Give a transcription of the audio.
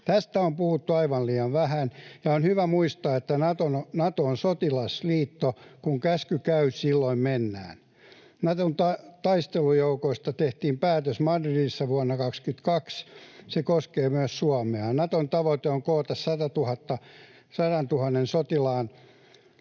Tästä on puhuttu aivan liian vähän. On hyvä muistaa, että Nato on sotilasliitto. Kun käsky käy, silloin mennään. Naton taistelujoukoista tehtiin päätös Madridissa vuonna 22. Se koskee myös Suomea. Naton tavoite on koota 100 000 sotilaan